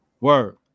word